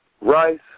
rice